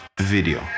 video